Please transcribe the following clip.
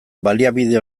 baliabide